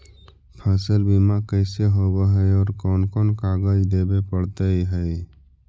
फसल बिमा कैसे होब है और कोन कोन कागज देबे पड़तै है?